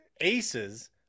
aces